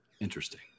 interesting